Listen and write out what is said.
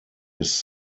his